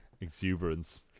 exuberance